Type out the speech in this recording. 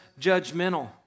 judgmental